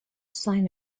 sign